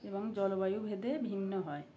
এবং জলবায়ু ভেদে ভিন্ন হয়